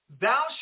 Thou